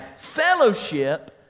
fellowship